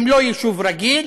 והם לא יישוב רגיל,